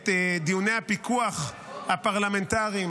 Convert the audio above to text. את דיוני הפיקוח הפרלמנטריים,